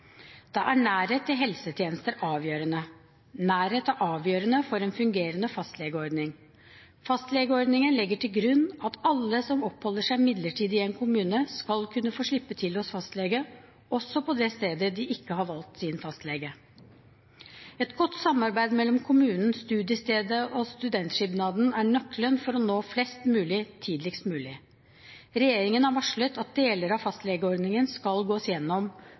Da er nærhet til helsetjenester avgjørende. Nærhet er avgjørende for en fungerende fastlegeordning. Fastlegeordningen legger til grunn at alle som oppholder seg midlertidig i en kommune, skal kunne få slippe til hos fastlege, også på det stedet de ikke har valgt sin fastlege. Et godt samarbeid mellom kommunen, studiestedet og studentsamkipnadene er nøkkelen til å nå flest mulig tidligst mulig. Regjeringen har varslet at deler av fastlegeordningen skal gås